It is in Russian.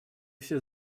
все